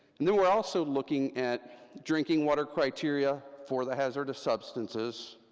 and then we're also looking at drinking water criteria for the hazardous substances,